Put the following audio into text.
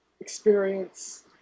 experience